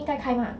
应该开吗